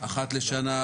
אחת לשנה,